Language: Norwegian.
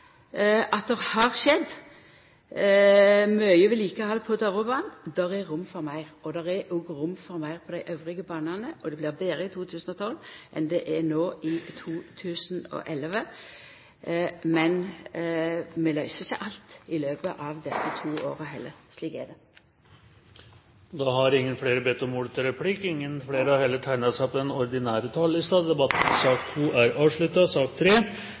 at det har skjedd mykje vedlikehald på Dovrebanen. Det er rom for meir, og det er òg rom for meir på dei andre banane. Det blir betre i 2012 enn det er no i 2011. Men vi løyser ikkje alt i løpet av desse to åra heller. Slik er det. Replikkordskiftet er omme. Flere har ikke bedt om